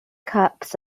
cups